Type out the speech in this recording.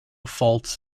faults